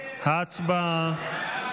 הצבעה.